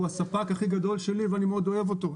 הוא הספק הכי גדול שלי ואני מאוד אוהב אותו.